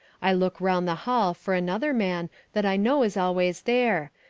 i look round the hall for another man that i know is always there,